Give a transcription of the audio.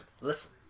listen